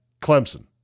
Clemson